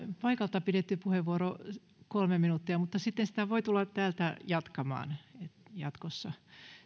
paikalta pidetty puheenvuoro voi kestää kolme minuuttia mutta sitten sitä voi tulla täältä jatkamaan tämä jatkossa